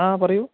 ആ പറയൂ